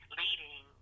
leading